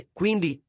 quindi